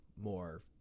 more